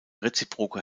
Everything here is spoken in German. reziproke